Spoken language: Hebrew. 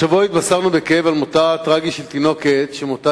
השבוע התבשרנו בכאב על מותה הטרגי של תינוקת שמותה